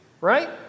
right